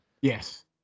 Yes